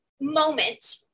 moment